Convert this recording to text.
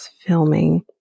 filming